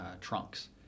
trunks